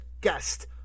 guest